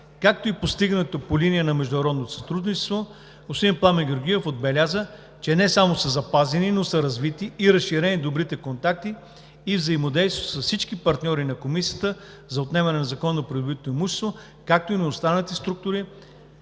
както и с постигнатото по линия на международното сътрудничество, господин Пламен Георгиев отбеляза, че не само са запазени, но са развити и разширени добрите контакти и взаимодействието с всички партньори на Комисията за отнемане на незаконно придобитото имущество, както и на останалите структури,